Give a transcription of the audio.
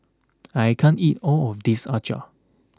I can't eat all of this acar